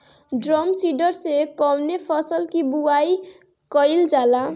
Drum seeder से कवने फसल कि बुआई कयील जाला?